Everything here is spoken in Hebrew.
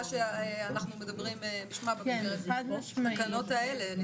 שאנחנו מדברים בשמה בתקנות האלה.